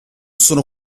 sono